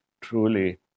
truly